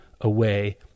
away